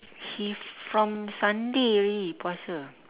he from sunday already he puasa